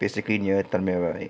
basically near tanah merah right